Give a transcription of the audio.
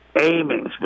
aiming